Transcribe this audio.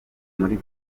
muri